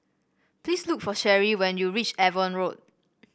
please look for Sheri when you reach Avon Road